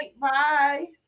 Bye